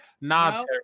Nah